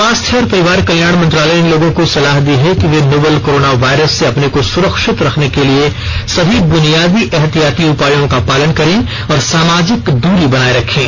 स्वास्थ्य और परिवार कल्याण मंत्रालय ने लोगों को सलाह दी है कि वे नोवल कोरोना वायरस से अपने को सुरक्षित रखने के लिए सभी बुनियादी एहतियाती उपायों का पालन करें और सामाजिक दुरी बनाए रखें